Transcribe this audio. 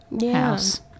house